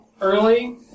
early